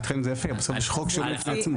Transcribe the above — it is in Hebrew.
מבחינתכם זה יפה אבל בסוף יש חוק שעומד בפני עצמו.